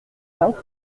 trente